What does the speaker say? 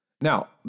Now